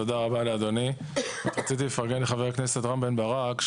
רציתי לפרגן לחבר הכנסת רם בן ברק.